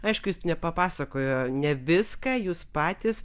aišku jis nepapasakojo ne viską jūs patys